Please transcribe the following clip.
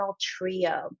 trio